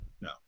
No